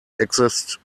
exist